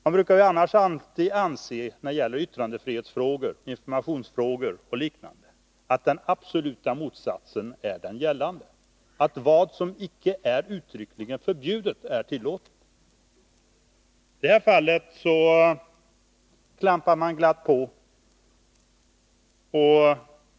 Man brukar alltid annars när det gäller yttrandefrihetsfrågor, informationsfrågor och liknande anse att den absoluta motsatsen gäller, dvs. att vad som icke är uttryckligen förbjudet är tillåtet. I detta fall klampar man glatt på.